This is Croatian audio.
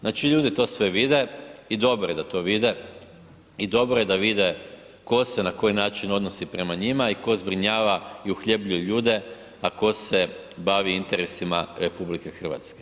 Znači, ljudi to sve vide i dobro je da to vide, i dobro je da vide tko se na koji način odnosi prema njima i tko zbrinjava i uhljebljuje ljude, a tko se bavi interesima RH.